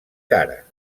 cara